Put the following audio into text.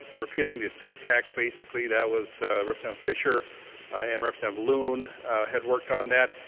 repealing the estate tax basically. that was representative fischer and representative loon had worked on that.